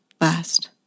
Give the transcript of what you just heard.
last